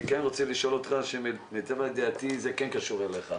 אני כן רוצה לשאול אותך שאלה שלמיטב ידיעתי זה כן קשור אליך,